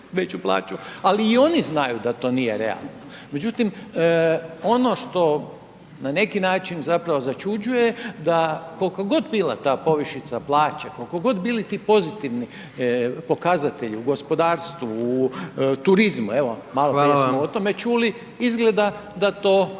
ali i oni znaju da to nije realno. Međutim, ono što na neki način zapravo začuđuje da kolko god bila ta povišica plaće, kolko god bili ti pozitivni pokazatelji u gospodarstvu, u turizmu, evo …/Upadica: Hvala vam/…maloprije smo o tome čuli, izgleda da to